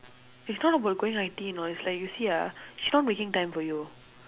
it's not about going I_T_E you know it's like you see ah she not making time for you